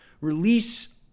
release